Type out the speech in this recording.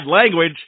Language